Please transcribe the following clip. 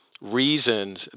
reasons